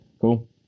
cool